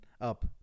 up